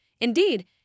Indeed